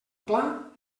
pla